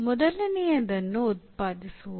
ಮೊದಲನೆಯದನ್ನು ಉತ್ಪಾದಿಸುವುದು